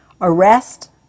arrest